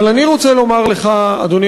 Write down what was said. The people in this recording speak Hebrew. אבל אני רוצה לומר לך, אדוני